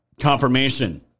confirmation